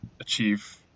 achieve